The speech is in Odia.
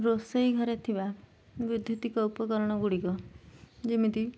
ରୋଷେଇ ଘରେ ଥିବା ବୈଦ୍ୟୁତିକ ଉପକରଣ ଗୁଡ଼ିକ ଯେମିତି